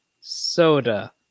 soda